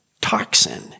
toxin